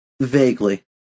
Vaguely